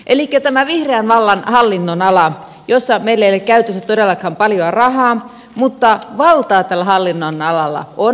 elikkä tämän vihreän vallan hallinnonalalla meillä ei ole käytössä todellakaan paljoa rahaa mutta valtaa tällä hallinnonalalla on valtavasti